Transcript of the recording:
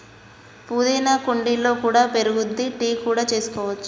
పుదీనా కుండీలలో కూడా పెరుగుద్ది, టీ కూడా చేసుకోవచ్చు